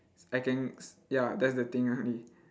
I can ya that's the thing with me